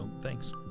Thanks